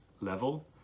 level